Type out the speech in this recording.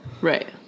right